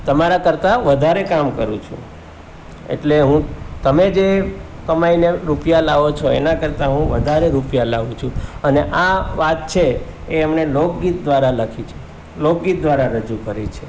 તમારા કરતાં વધારે કામ કરું છું એટલે હું તમે જે કમાઈને રૂપિયા લાવો છો એનાં કરતાં હું વધારે રૂપિયા લાવું છું અને આ વાત છે એ એમને લોકગીત દ્વારા લખી છે લોકગીત દ્વારા રજૂ કરી છે